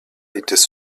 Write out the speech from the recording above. étaient